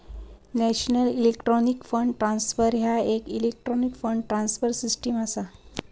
national electronic fund transfer ह्या येक electronic fund transfer system असा